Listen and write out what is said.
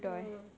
ah